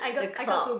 the cloud